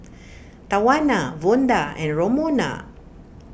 Tawana Vonda and Romona